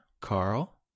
Carl